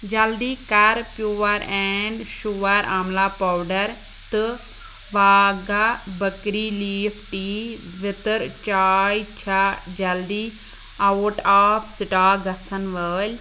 جلدی کر pure and sure amla powder تہٕ واگھا بٔکری لیٖف ٹی وِتٕر چاے چھےٚ جلدی آوُٹ آف سِٹاک گژھَن وٲلۍ